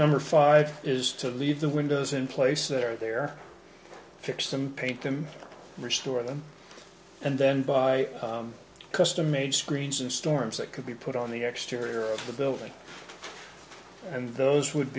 number five is to leave the windows in place that are there fix them paint them restore them and then buy custom made screens and storms that could be put on the exterior of the building and those would